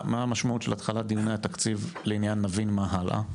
מה המשמעות של התחלת דיוני התקציב לעניין "נבין מה הלאה"?